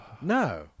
No